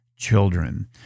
children